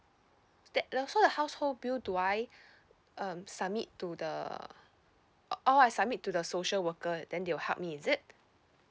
that also the household bill do I um submit to the oh I submit to the social worker then they will help me is it